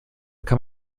kann